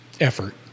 effort